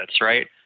right